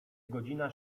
godzina